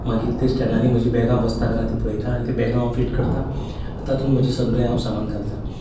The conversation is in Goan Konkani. मागी ते स्टँडांनी म्हजी बॅगां बसता गाय ना ती पळयता ती बॅगां हांव फीट करता आतां म्हजे सगलें हांव सामान घालतां